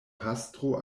pastro